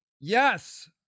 Yes